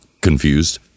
confused